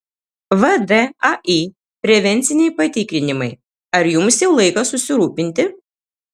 vdai prevenciniai patikrinimai ar jums jau laikas susirūpinti